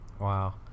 wow